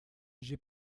j’ai